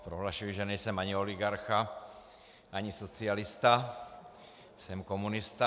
Prohlašuji, že nejsem ani oligarcha, ani socialista, jsem komunista.